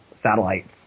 satellites